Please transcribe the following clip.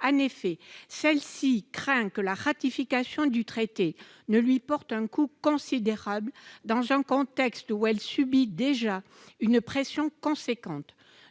En effet, celle-ci craint que la ratification du traité ne lui porte un coup considérable, dans un contexte où elle subit déjà une forte pression.